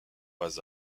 bas